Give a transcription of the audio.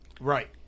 Right